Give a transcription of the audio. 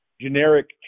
generic